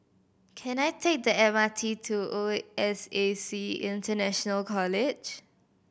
can I take the M R T to O S A C International College